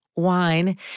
wine